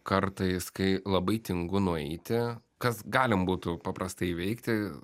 kartais kai labai tingu nueiti kas galim būtų paprastai įveikti